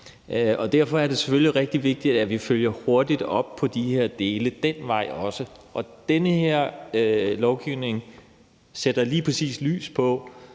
Derfor er det selvfølgelig rigtig vigtigt, at vi følger hurtigt op på de her dele ad den vej. Den her lovgivning sætter lige præcis lys på,